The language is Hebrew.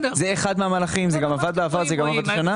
זה עבד בעבר וזה גם עובד השנה.